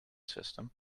system